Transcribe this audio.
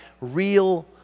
real